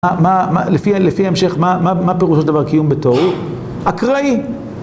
לפי ההמשך, מה פירושו של דבר קיום בתוהו? אקראי.